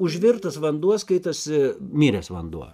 užvirtas vanduo skaitosi miręs vanduo